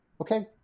Okay